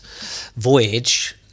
voyage